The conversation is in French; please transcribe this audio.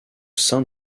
sein